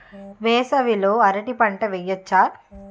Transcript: వేసవి లో అరటి పంట వెయ్యొచ్చా?